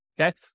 Okay